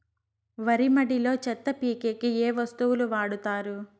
వరి మడిలో చెత్త పీకేకి ఏ వస్తువులు వాడుతారు?